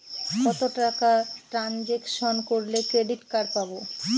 কত টাকা ট্রানজেকশন করলে ক্রেডিট কার্ড পাবো?